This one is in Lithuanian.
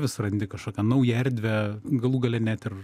vis randi kažkokią naują erdvę galų gale net ir